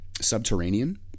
subterranean